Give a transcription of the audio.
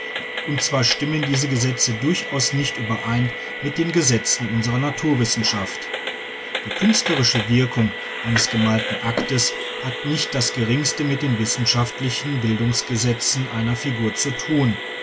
und zwar stimmen diese gesetze durchaus nicht überein mit den gesetzen unserer naturwissenschaft die künstlerische wirkung eines gemalten aktes hat nicht das geringste mit den wissenschaftlichen bildungsgesetzen einer figur zu tun